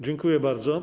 Dziękuję bardzo.